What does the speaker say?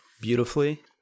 beautifully